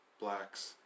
blacks